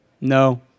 no